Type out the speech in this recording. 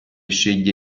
sceglie